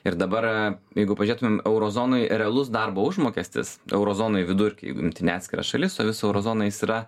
ir dabar jeigu pažiūrėtumėm euro zonoj realus darbo užmokestis euro zonoj vidurkį jeigu imti ne atskiras šalis o visoj euro zonoj yra